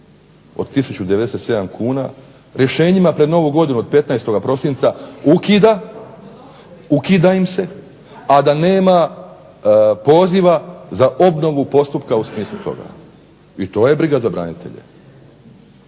od 1097 kn rješenjima pred novu godinu od 15. prosinca ukida, ukida im se a da nema poziva za obnovu postupka u smislu toga. I to je briga za branitelje